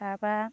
তাৰ পৰা